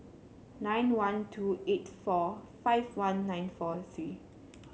nine one two eight four five one nine four three